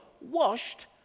washed